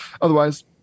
Otherwise